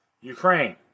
Ukraine